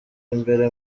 imbere